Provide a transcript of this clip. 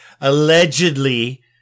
allegedly